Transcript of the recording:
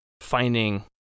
finding